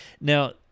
Now